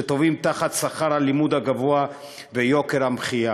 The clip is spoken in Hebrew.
שטובעים תחת שכר הלימוד הגבוה ויוקר המחיה,